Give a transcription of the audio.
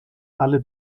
alle